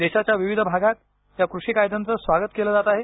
देशाच्या विविध भागात या कृषी कायदयांचं स्वागत केलं जात आहे